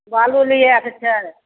बालू लियै के छै